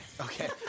Okay